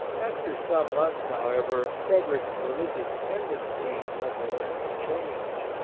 after some months, however, frederick's religious tendencies underwent a change.